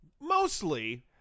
Mostly